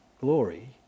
glory